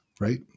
right